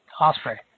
Osprey